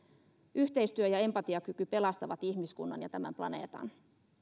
yhteistyö ja empatiakyky pelastavat ihmiskunnan ja tämän planeetan